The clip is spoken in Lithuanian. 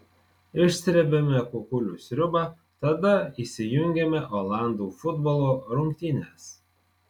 išsrebiame kukulių sriubą tada įsijungiame olandų futbolo rungtynes